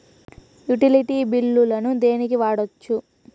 Utility బిల్లులను దేనికి వాడొచ్చు?